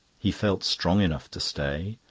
he felt strong enough to stay,